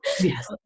Yes